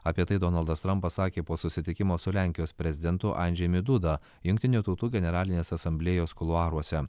apie tai donaldas trampas sakė po susitikimo su lenkijos prezidentu andžejumi duda jungtinių tautų generalinės asamblėjos kuluaruose